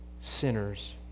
sinners